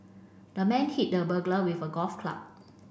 the man hit the burglar with a golf club